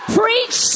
preach